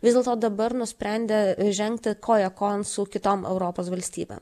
vis dėlto dabar nusprendė žengti koja kojon su kitom europos valstybėm